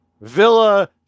villa